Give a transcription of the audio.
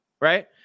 right